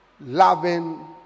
loving